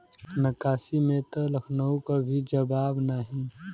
नक्काशी में त लखनऊ क भी जवाब नाही